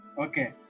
Okay